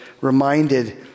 reminded